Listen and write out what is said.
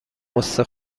غصه